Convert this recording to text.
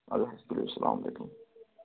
اَدٕ حظ تُلِو اَسَلامُ علیکُم